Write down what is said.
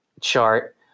chart